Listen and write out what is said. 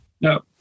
no